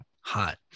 hot